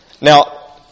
Now